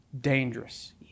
dangerous